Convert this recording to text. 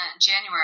january